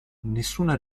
nessuna